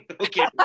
Okay